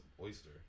oyster